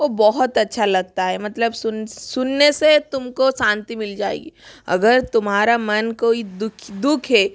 वो बहुत अच्छा लगता है मतलब सुनने से तुम को शांति मिल जाएगी अगर तुम्हारा मन कोइ दुख है